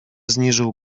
zniżył